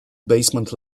basement